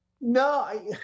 No